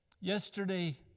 Yesterday